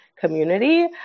community